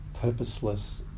Purposeless